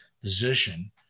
position